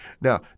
Now